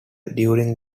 during